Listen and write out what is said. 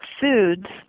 foods